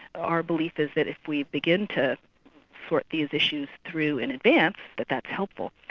our belief is that if we begin to sort these issues through in advance, that that's helpful.